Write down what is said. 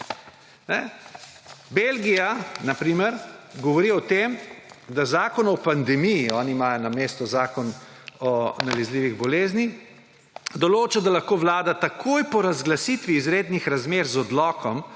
Belgija, na primer, govori o tem, da zakon o pandemiji − oni ga imajo namesto zakona o nalezljivih boleznih, določa da lahko vlada takoj po razglasitvi izrednih razmer z odlokom,